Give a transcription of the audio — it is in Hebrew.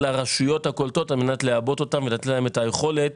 לרשויות הקולטות על מנת לעבות אותן ולתת להן את היכולת